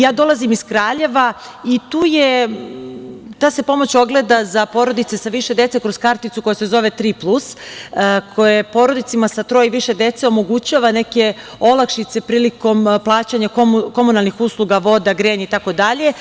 Ja dolazim iz Kraljeva, ta se pomoć ogleda za porodice sa više dece kroz karticu koja se zove „Tri plus“, koja porodicama sa troje i više dece omogućava olakšice prilikom plaćanja komunalnih usluga, voda, grejanje itd.